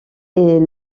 est